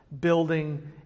building